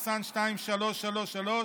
פ/2333/24,